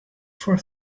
for